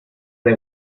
the